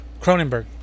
Cronenberg